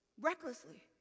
Recklessly